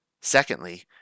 Secondly